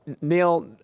Neil